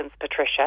Patricia